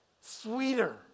sweeter